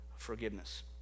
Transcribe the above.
forgiveness